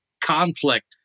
conflict